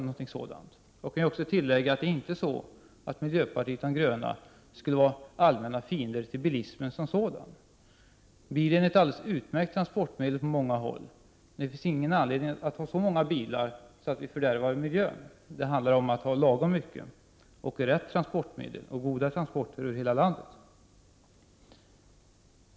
Jag kan tillägga att miljöpartiet de gröna inte är allmänna fiender till bilismen som sådan. Bilen är på många håll ett alldeles utmärkt transportmedel. Men det finns ingen anledning att ha så många bilar att det fördärvar miljön. Det handlar alltså om att ha lagom mycket och rätt transportmedel och goda transporter över hela landet.